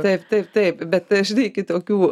taip taip taip bet žinai iki tokių